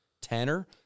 Tanner